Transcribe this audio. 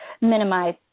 minimize